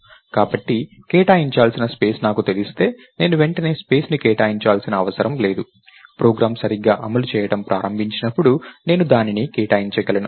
కాబట్టి కేటాయించాల్సిన స్పేస్ నాకు తెలిస్తే నేను వెంటనే స్పేస్ ని కేటాయించాల్సిన అవసరం లేదు ప్రోగ్రామ్ సరిగ్గా అమలు చేయడం ప్రారంభించినప్పుడు నేను దానిని కేటాయించగలను